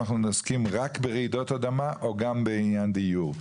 אם אנחנו מתעסקים רק ברעידות אדמה או גם בעניין דיור?